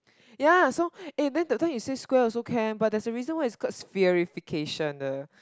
ya so eh then that time you say square also can but there's a reason why it's called spherification ah